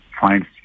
find